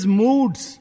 moods